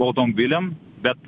automobiliam bet